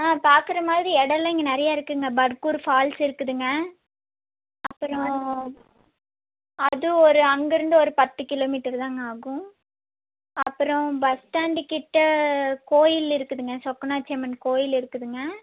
ஆ பார்க்கற மாதிரி இடோலாம் இங்கே நிறையா இருக்குங்க பர்கூர் ஃபால்ஸ் இருக்குதுங்க அப்புறோம் அது ஒரு அங்கேருந்து ஒரு பத்து கிலோமீட்டருதாங்க ஆகும் அப்புறோம் பஸ் ஸ்டாண்டு கிட்ட கோயில் இருக்குதுங்க சொக்கநாச்சி அம்மன் கோயில் இருக்குதுங்க